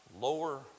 Lower